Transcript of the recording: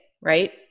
right